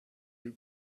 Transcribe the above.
you